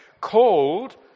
called